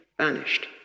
vanished